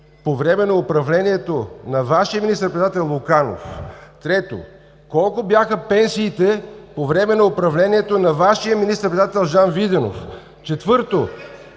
по време на управлението на Вашия министър-председател Луканов? Трето, колко бяха пенсиите по време на управлението на Вашия министър-председател Жан Виденов? (Шум